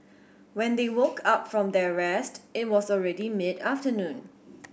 when they woke up from their rest it was already mid afternoon